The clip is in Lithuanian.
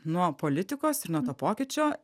nuo politikos ir nuo to pokyčio